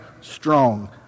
strong